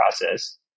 process